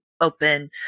open